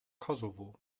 kosovo